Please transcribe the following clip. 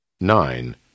Nine